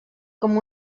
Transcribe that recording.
com